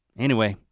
anyway,